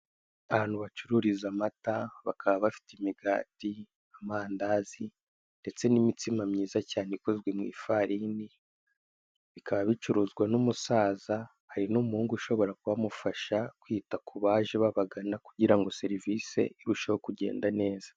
Ahantu bacururiza amata bakaba bafite imigati, amandazi ndetse n'imitsima myiza cyane ikoze mu ifarini bikaba bicuruzwa n'umusaza hari n'umuhungu ushobora kuba amufasha kwita ku baje babagana kugira ngo serivise irusheho kugenda neza.